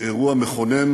אירוע מכונן,